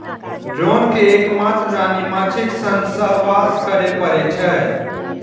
drone कें एक मात्र रानी माछीक संग सहवास करै पड़ै छै